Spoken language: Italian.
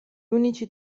unici